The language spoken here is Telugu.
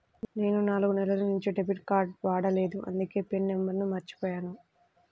నేను నాలుగు నెలల నుంచి డెబిట్ కార్డ్ వాడలేదు అందుకే పిన్ నంబర్ను మర్చిపోయాను